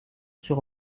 sur